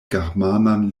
germanan